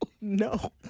No